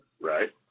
Right